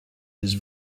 his